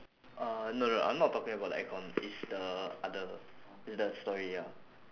uh no no I'm not talking about the air con it's the other it's that story ya